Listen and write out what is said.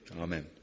Amen